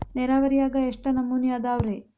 ನೇರಾವರಿಯಾಗ ಎಷ್ಟ ನಮೂನಿ ಅದಾವ್ರೇ?